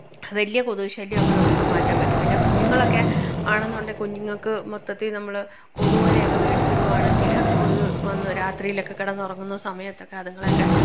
വലിയ കൊതുക് ശല്യം ഒക്കെ നമക്ക് മാറ്റാൻ പറ്റും പിന്നെ കുഞ്ഞുങ്ങളൊക്കെ ആണെന്നുണ്ടേൽ കുഞ്ഞുങ്ങൾക്ക് മൊത്തത്തിൽ നമ്മള് കൊതുക് വളയൊക്കെ മേടിച്ചിടുവാണെങ്കില് കൊതുക് വന്ന് രാത്രിയിലൊക്കെ കിടന്നുറങ്ങുന്ന സമയത്തൊക്കെ അതുങ്ങളെയൊക്കെ